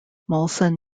molson